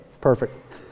perfect